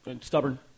Stubborn